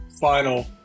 final